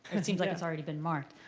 it seems like it's already been marked.